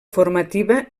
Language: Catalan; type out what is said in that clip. formativa